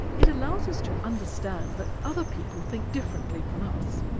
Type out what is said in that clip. it allows us to understand that other people think differently from us.